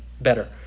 better